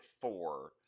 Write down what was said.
four